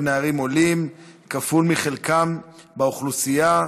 נערים עולים כפול מחלקם באוכלוסייה,